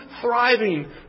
thriving